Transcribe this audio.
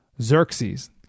Xerxes